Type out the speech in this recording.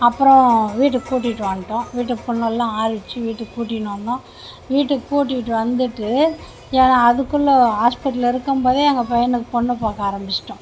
அப்பறம் வீட்டுக்கு கூட்டிகிட்டு வந்துட்டோம் விட்டு புண்ணெல்லாம் ஆறிடுச்சு வீட்டுக்கு கூட்டின்னு வந்தோம் வீட்டுக்கு கூட்டிகிட்டு வந்துவிட்டு ஏன்னா அதுக்குள்ளே ஹாஸ்பிட்டல்ல இருக்கும்போதே எங்கள் பையனுக்கு பொண்ணு பார்க்க ஆரம்மிச்சிட்டோம்